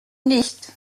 nicht